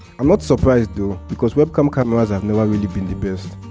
i'm not surprised tho because webcam cameras have never really been the best.